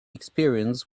experience